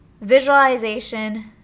visualization